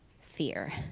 fear